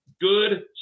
good